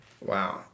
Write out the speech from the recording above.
wow